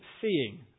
seeing